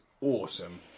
awesome